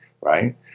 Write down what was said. right